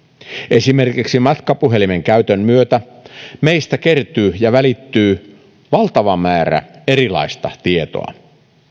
esimerkiksi matkapuhelimen käytön myötä meistä kertyy ja välittyy valtava määrä erilaista tietoa